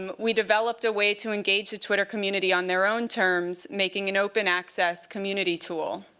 um we developed a way to engage the twitter community on their own terms, making an open access community tool.